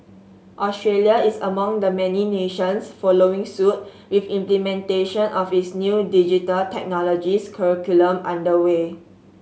Australia is among the many nations following suit with implementation of its new Digital Technologies curriculum under way